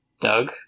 Doug